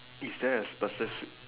is there a specifi~